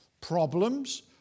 problems